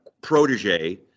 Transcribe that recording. protege